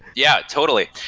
yeah, totally.